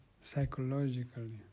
psychologically